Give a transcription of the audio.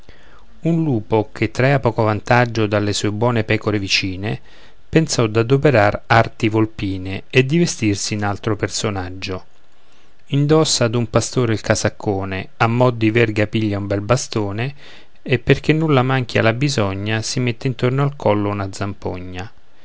un lupo che traea poco vantaggio dalle sue buone pecore vicine pensò d'adoperar arti volpine e di vestirsi in altro personaggio indossa d'un pastore il casaccone a mo di verga piglia un bel bastone e perché nulla manchi alla bisogna si mette intorno al collo una zampogna